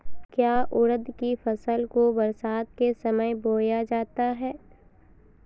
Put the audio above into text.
क्या उड़द की फसल को बरसात के समय बोया जाता है?